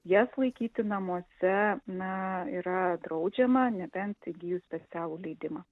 jas laikyti namuose na yra draudžiama nebent įgijus specialų leidimą